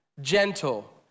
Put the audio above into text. gentle